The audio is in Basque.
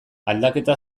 aldaketa